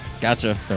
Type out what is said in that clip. Gotcha